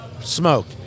smoke